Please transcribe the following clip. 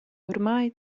ormai